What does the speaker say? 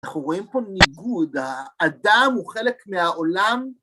אנחנו רואים פה ניגוד, האדם הוא חלק מהעולם.